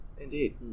indeed